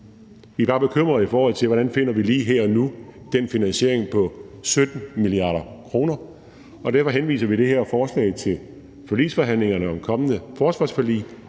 bare bekymrede for, hvordan vi lige her og nu finder den finansiering på 17 mia. kr., og derfor henviser vi det her forslag til forligsforhandlingerne om et kommende forsvarsforlig.